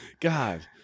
God